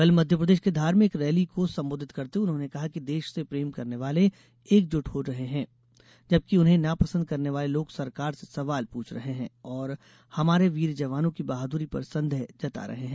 कल मध्यप्रदेश के धार में एक रैली को संबोधित करते हुए उन्होंने कहा कि देश से प्रेम करने वाले एकजुट हो रहे हैं जबकि उन्हें नापसंद करने वाले लोग सरकार से सवाल पूछ रहे हैं और हमारे वीर जवानों की बहादुरी पर संदेह जता रहे हैं